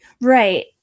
right